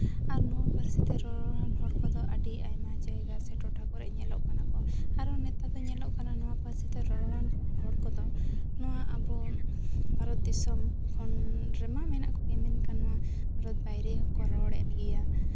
ᱟᱨ ᱱᱚᱣᱟ ᱯᱟᱹᱨᱥᱤ ᱛᱮ ᱨᱚᱨᱚᱲᱟᱱ ᱦᱚᱲ ᱠᱚᱫᱚ ᱟᱹᱰᱤ ᱟᱭᱢᱟ ᱡᱟᱭᱜᱟ ᱥᱮ ᱴᱚᱴᱷᱟ ᱠᱚᱨᱮᱜ ᱧᱮᱞᱚᱜ ᱠᱟᱱᱟ ᱠᱚ ᱟᱨᱚ ᱱᱮᱛᱟᱨ ᱫᱚ ᱧᱮᱞᱚᱜ ᱠᱟᱱᱟ ᱱᱚᱣᱟ ᱯᱟᱹᱨᱥᱤ ᱛᱮ ᱨᱚᱨᱚᱲᱟᱱ ᱦᱚᱲ ᱠᱚᱫᱚ ᱱᱚᱣᱟ ᱟᱵᱚ ᱵᱷᱟᱨᱚᱛ ᱫᱤᱥᱚᱢ ᱨᱮᱢᱟ ᱢᱮᱱᱟᱜ ᱠᱚᱜᱮ ᱢᱮᱱᱠᱷᱟᱱ ᱱᱚᱣᱟ ᱵᱷᱟᱨᱚᱛ ᱵᱟᱭᱨᱮ ᱦᱚᱸᱠᱚ ᱨᱚᱲᱮᱜ ᱜᱮᱭᱟ